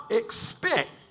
expect